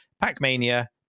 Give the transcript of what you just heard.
Pac-Mania